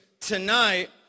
tonight